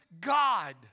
God